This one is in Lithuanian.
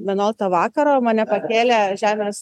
vienuoliktą vakaro mane pakėlė žemės